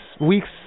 weeks